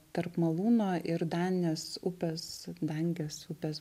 tarp malūno ir danės upės dangės upės